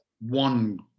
one